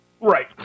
Right